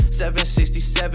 767